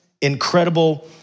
incredible